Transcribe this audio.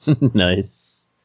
Nice